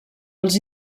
els